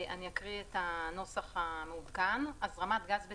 אני אקריא את הנוסח המעודכן: "הזרמת גז" הזרמת גז